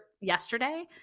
yesterday